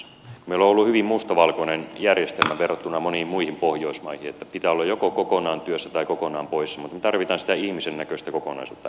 meillä on ollut hyvin mustavalkoinen järjestelmä verrattuna moniin muihin pohjoismaihin että pitää olla joko kokonaan työssä tai kokonaan poissa mutta me tarvitsemme sitä ihmisen näköistä kokonaisuutta enemmän